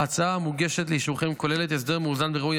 ההצעה המוגשת לאישורכם כוללת הסדר מאוזן וראוי,